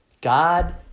God